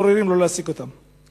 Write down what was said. בוחרים שלא להעסיק אותם.